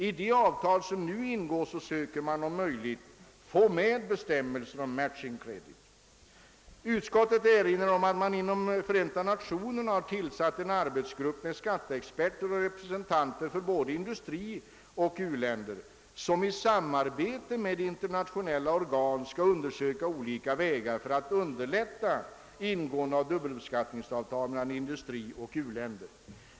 I de avtal som nu ingås försöker man om möjligt få med bestämmelser om matching credit. Utskottet erinrar om att man inom Förenta Nationerna tillsatt en arbetsgrupp med skatteexperter och representanter för både industrioch u-länder, som i samarbete med internationella organ skall undersöka olika vägar för att underlätta ingåendet av dubbelbeskattningsavtal mellan industrioch u-länder.